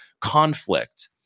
conflict